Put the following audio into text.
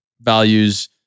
Values